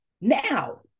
now